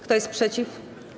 Kto jest przeciw?